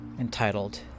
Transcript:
entitled